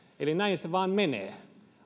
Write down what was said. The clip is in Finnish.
eli näin se vain menee